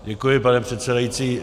Děkuji, pane předsedající.